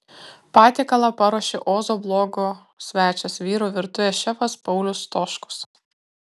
patiekalą paruošė ozo blogo svečias vyrų virtuvės šefas paulius stoškus